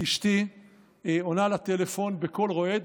את אשתי עונה לטלפון בקול רועד.